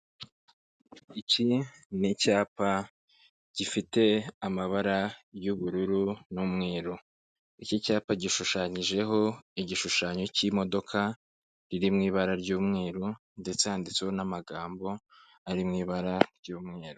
Iki ni icyapa gifite amabara y'ubururu n'umweru, iki cyapa gishushanyijeho igishushanyo cy'imodoka riri mu ibara ry'umweru ndetse handitseho n'amagambo ari mubara ry'umweru.